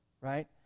Right